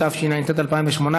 התשע"ט 2018,